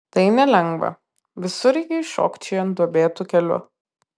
tai nelengva visureigiui šokčiojant duobėtu keliu